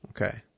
Okay